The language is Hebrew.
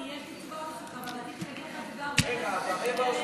רציתי להגיד לך בארבע עיניים,